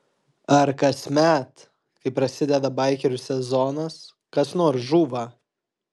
ar kasmet kai prasideda baikerių sezonas kas nors žūva